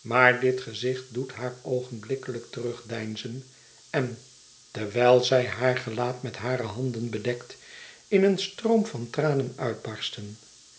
maar dit gezicht doet haar oogenblikkelijk terugdeinzen en terwijl zij haar gelaat met hare handen bedekt in een stroom van tranen uitbarsten